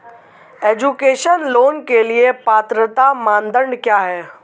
Education loan के लिए पात्रता मानदंड क्या है?